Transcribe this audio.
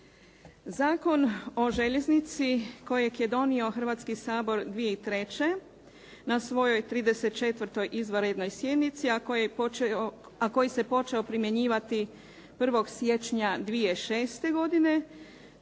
Zakon o željeznici kojeg je donio Hrvatski sabor 2003. na svojoj 34. izvanrednoj sjednici, a koji se počeo primjenjivati 1. siječnja 2006. godine,